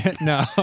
No